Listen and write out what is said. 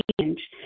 change